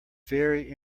very